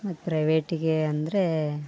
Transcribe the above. ಮತ್ತು ಪ್ರೈವೇಟಿಗೆ ಅಂದರೆ